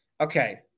Okay